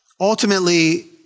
ultimately